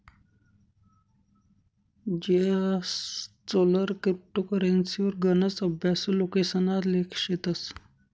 जीएसचोलर क्रिप्टो करेंसीवर गनच अभ्यासु लोकेसना लेख शेतस